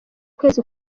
kwezi